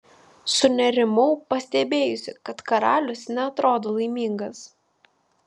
sunerimau pastebėjusi kad karalius neatrodo laimingas